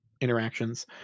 interactions